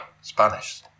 Spanish